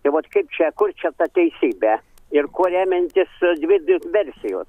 tai vuot kaip čia kur čia ta teisybe ir kuo remiantis dvi dvi versijos